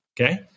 Okay